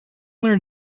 learn